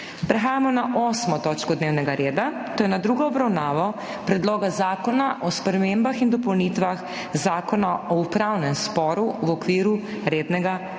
prekinjeno 8. točko dnevnega reda, to je z drugo obravnavo Predloga zakona o spremembah in dopolnitvah Zakona o upravnem sporu v okviru rednega postopka.